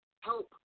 help